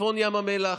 צפון ים המלח,